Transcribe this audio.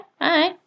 hi